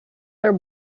their